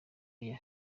aya